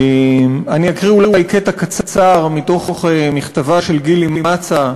אני אקריא אולי קטע קצר מתוך מכתבה של גילי מצא,